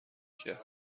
کرد